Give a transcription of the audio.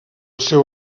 seu